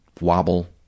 wobble